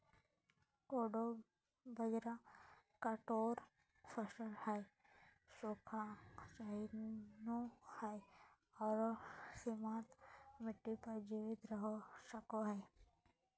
कोडो बाजरा कठोर फसल हइ, सूखा, सहिष्णु हइ आरो सीमांत मिट्टी पर जीवित रह सको हइ